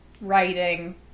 writing